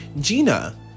Gina